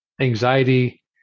anxiety